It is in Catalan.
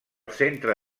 centre